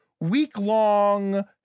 week-long